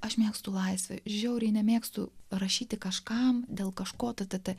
aš mėgstu laisvę žiauriai nemėgstu parašyti kažkam dėl kažko tatata